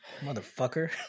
motherfucker